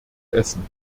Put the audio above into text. essen